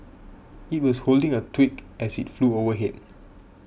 it was holding a twig as it flew overhead